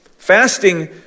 Fasting